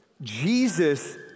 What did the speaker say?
Jesus